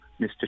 mr